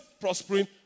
prospering